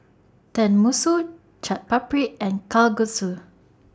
Tenmusu Chaat Papri and Kalguksu